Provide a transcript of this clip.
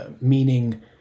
meaning